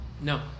no